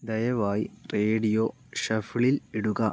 ദയവായി റേഡിയോ ഷഫിളിൽ ഇടുക